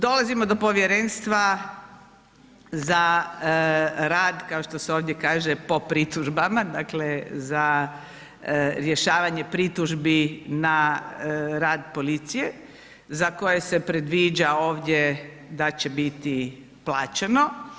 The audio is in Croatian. Dolazimo do povjerenstva za rad kao što se ovdje kaže, po pritužbama, dakle za rješavanje pritužbi na rad policije za koje se predviđa ovdje da će biti plaćeno.